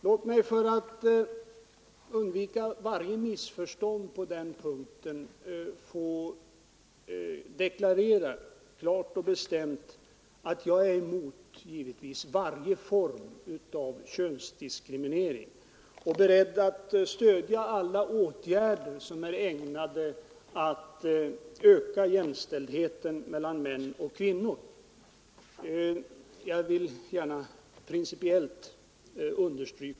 Låt mig för att undvika varje missförstånd på den punkten få deklarera klart och bestämt, att jag givetvis är emot varje form av könsdiskriminering och beredd att stödja alla åtgärder som är ägnade att öka jämställdheten mellan män och kvinnor.